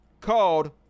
called